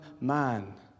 man